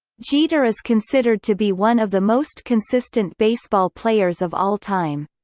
jeter is considered to be one of the most consistent baseball players of all time.